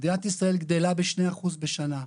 מדינת ישראל גדלה ב-2% בשנה,